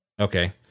Okay